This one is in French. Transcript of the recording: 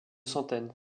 centaines